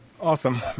Awesome